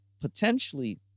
potentially